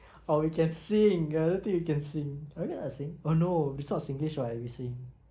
or we can sing another thing we can sing okay lah sing oh no it's not singlish [what] if we sing